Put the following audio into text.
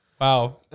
Wow